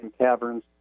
Caverns